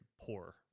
poor